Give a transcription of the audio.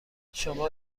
شما